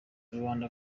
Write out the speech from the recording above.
rubanda